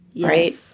Right